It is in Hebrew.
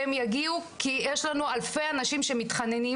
הם יגיעו כי יש לנו אלפי אנשים שמתחננים.